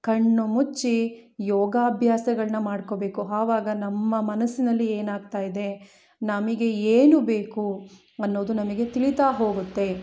ಕಣ್ಣು ಮುಚ್ಚಿ ಯೋಗಾಭ್ಯಾಸಗಳ್ನ ಮಾಡ್ಕೋಬೇಕು ಆವಾಗ ನಮ್ಮ ಮನಸ್ಸಿನಲ್ಲಿ ಏನಾಗ್ತಾಯಿದೆ ನಮಗೆ ಏನು ಬೇಕು ಅನ್ನೋದು ನಮಗೆ ತಿಳಿತಾ ಹೋಗುತ್ತೆ